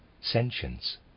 sentience